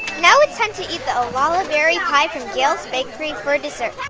now it's time to eat the olallieberry pie from gayle's bakery for dessert.